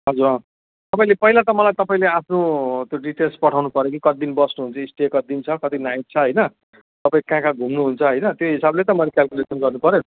हजुर अँ तपाईँले पहिला त मलाई तपाईँले आफ्नो त्यो डिटेल्स पठाउनु पऱ्यो कि कति दिन बस्नुहुन्छ स्टे कति दिन छ कति नाइट छ होइन तपाईँ कहाँ कहाँ घुम्नुहुन्छ होइन त्यही हिसाबले त मैले क्याल्कुलेसन गर्नुपऱ्यो